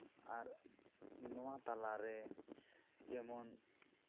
ᱟᱨ ᱱᱚᱣᱟ ᱛᱟᱞᱟ ᱨᱮ ᱡᱮᱢᱚᱱ